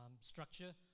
structure